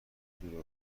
دور